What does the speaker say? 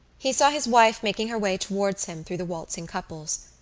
he saw his wife making her way towards him through the waltzing couples.